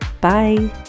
Bye